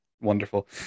wonderful